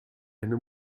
eine